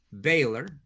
Baylor